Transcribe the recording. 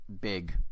big